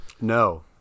No